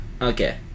Okay